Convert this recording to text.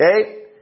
Okay